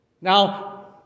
Now